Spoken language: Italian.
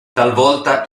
talvolta